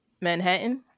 Manhattan